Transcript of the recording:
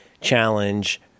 challenge